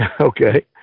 Okay